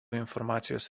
informacijos